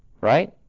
Right